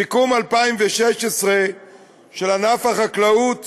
סיכום 2016 של ענף החקלאות